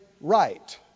right